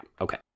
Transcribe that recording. okay